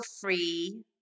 free